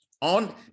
on